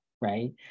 right